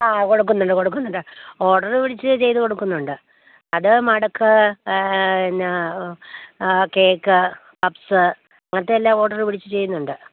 ആ കൊടുക്കുന്നുണ്ട് കൊടുക്കുന്നുണ്ട് ഓര്ഡര് പിടിച്ച് ചെയ്തു കൊടുക്കുന്നുണ്ട് അത് മടക്ക് പിന്നെ കേക്ക് പപ്സ് മറ്റെല്ലാം ഓര്ഡര് പിടിച്ചു ചെയ്യുന്നുണ്ട്